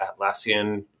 Atlassian